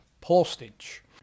postage